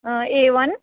a one